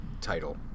title